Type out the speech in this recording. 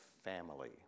family